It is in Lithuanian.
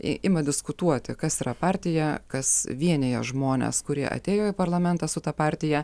ima diskutuoti kas yra partija kas vienija žmones kurie atėjo į parlamentą su ta partija